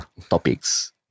topics